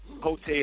Hotel